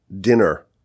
dinner